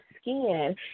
skin